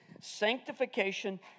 Sanctification